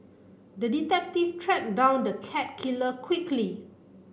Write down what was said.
the detective tracked down the cat killer quickly